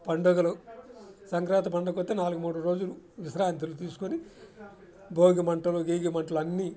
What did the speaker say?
పండుగలు సంక్రాంతి పండక్కైతే నాలుగు మూడు రోజులు విశ్రాంతులు తీసుకుని భోగిమంటలు గేగి మంటలు అన్నీ